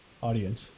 audience